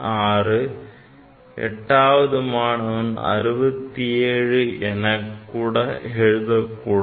6 எட்டாவது மாணவன் 67 என எழுதக்கூடும்